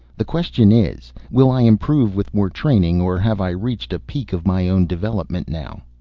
the question is will i improve with more training, or have i reached a peak of my own development now?